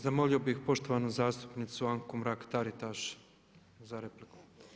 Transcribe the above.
Zamolio bih poštovanu zastupnicu Anku Mrak Taritaš za repliku.